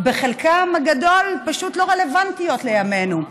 שבחלקן הגדול פשוט לא רלוונטיות לימינו.